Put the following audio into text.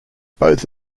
both